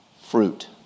fruit